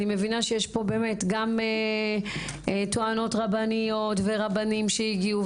אני מבינה שיש פה טוענות רבניות ורבנים שהגיעו,